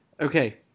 Okay